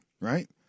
right